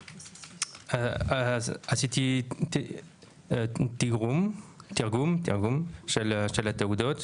עשיתי תרגום של התעודות